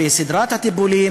וסדרת הטיפולים,